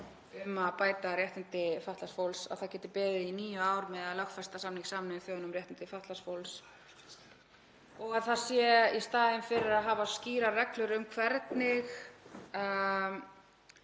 um að bæta réttindi fatlaðs fólks, að hann geti beðið í níu ár með að lögfesta samning Sameinuðu þjóðanna um réttindi fatlaðs fólks og að hann sé, í staðinn fyrir að hafa skýrar reglur um hvernig